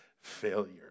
Failure